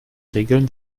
regeln